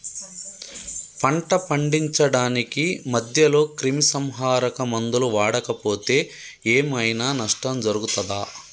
పంట పండించడానికి మధ్యలో క్రిమిసంహరక మందులు వాడకపోతే ఏం ఐనా నష్టం జరుగుతదా?